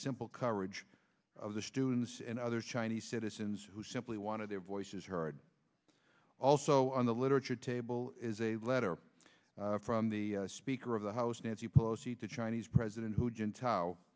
simple coverage of the students and other chinese citizens who simply wanted their voices heard also on the literature table is a letter from the speaker of the house nancy pelosi to chinese president